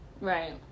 right